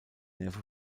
neffe